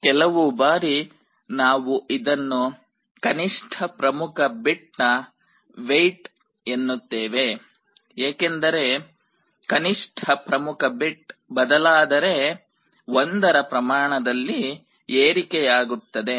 ಕೆಲವು ಬಾರಿ ನಾವು ಇದನ್ನು ಕನಿಷ್ಠ ಪ್ರಮುಖ ಬಿಟ್ ನ ವೆಯಿಟ್ ಎನ್ನುತ್ತೇವೆ ಏಕೆಂದರೆ ಕನಿಷ್ಠ ಪ್ರಮುಖ ಬಿಟ್ ಬದಲಾದರೆ 1 ರ ಪ್ರಮಾಣದಲ್ಲಿ ಏರಿಕೆಯಾಗುತ್ತದೆ